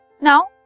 Now